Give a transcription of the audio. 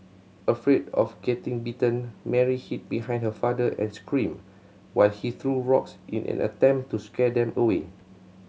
afraid of getting bitten Mary hid behind her father and scream while he threw rocks in an attempt to scare them away